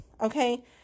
okay